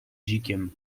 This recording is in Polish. bzikiem